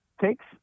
takes